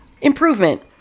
Improvement